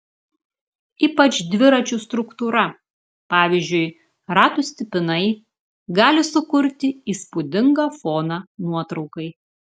ypač dviračių struktūra pavyzdžiui ratų stipinai gali sukurti įspūdingą foną nuotraukai